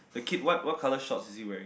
the kid what what colour shorts is he wearing